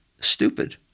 stupid